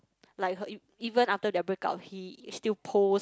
like her e~ even after their break up he still post